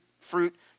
fruit